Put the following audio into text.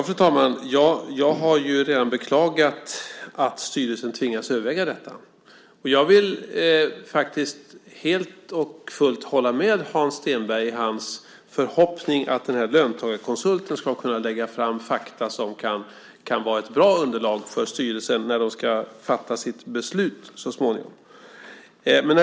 Fru talman! Jag har redan beklagat att styrelsen tvingats överväga detta. Jag vill helt och fullt hålla med Hans Stenberg i hans förhoppning att löntagarkonsulten ska kunna lägga fram fakta som kan vara ett bra underlag för styrelsen när den ska fatta sitt beslut så småningom.